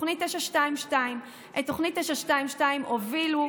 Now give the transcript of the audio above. תוכנית 922. את תוכנית 922 הובילו,